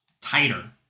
tighter